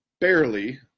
barely